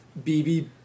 BB